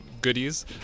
goodies